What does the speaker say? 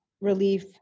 relief